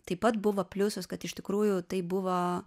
taip pat buvo pliusas kad iš tikrųjų tai buvo